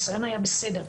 הניסיון היה בסדר,